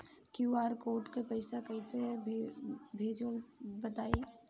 QR code से पईसा कईसे भेजब बताई?